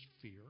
fear